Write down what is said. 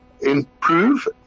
improve